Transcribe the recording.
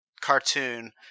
cartoon